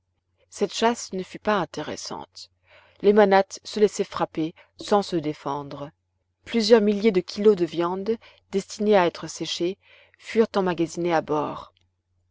cette chasse ne fut pas intéressante les manates se laissaient frapper sans se défendre plusieurs milliers de kilos de viande destinée à être séchée furent emmagasinés à bord